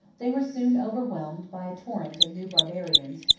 they were soon overwhelmed by a torrent of new barbarians,